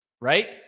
right